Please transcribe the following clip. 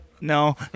no